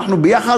אנחנו יחד,